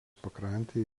pakrantėje